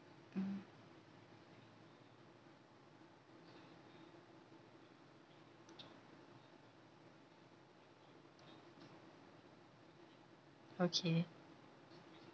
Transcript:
mm okay